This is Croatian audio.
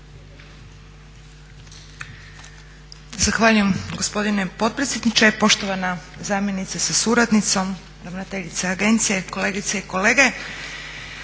Zahvaljujem gospodine potpredsjedniče, poštovana zamjenice sa suradnicom, ravnateljice agencije, kolegice i kolege.